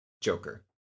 Joker